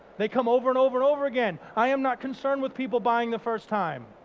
they come over and over and over again. i am not concerned with people buying the first time.